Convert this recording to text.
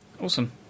Awesome